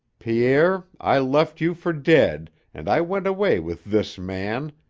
pierre, i left you for dead and i went away with this man,